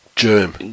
Germ